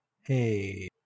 Hey